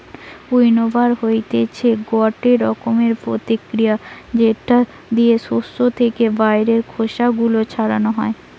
উইন্নবার হতিছে গটে রকমের প্রতিক্রিয়া যেটা দিয়ে শস্য থেকে বাইরের খোসা গুলো ছাড়ানো হয়